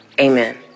amen